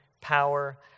power